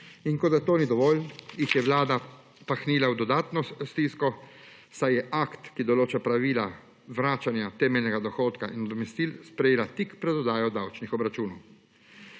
In kot da to ni dovolj, jih je Vlada pahnila v dodatno stisko, saj je akt, ki določa pravila vračanja temeljnega dohodka in nadomestil, sprejela tik pred oddajo davčnih obračunov.